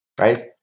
Right